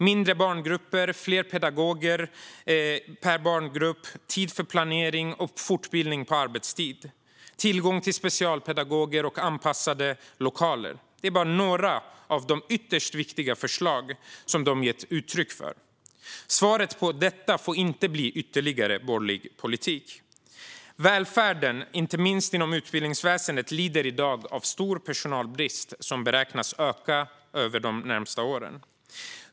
Mindre barngrupper, fler pedagoger per barngrupp, tid för planering och fortbildning på arbetstid och tillgång till specialpedagoger och anpassade lokaler är bara några av de ytterst viktiga förslag som man gett uttryck för. Svaret på detta får inte bli ytterligare borgerlig politik. Välfärden, inte minst inom utbildningsväsendet, lider i dag av stor personalbrist, som beräknas öka de närmaste åren.